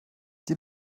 die